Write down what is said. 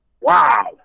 wow